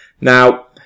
Now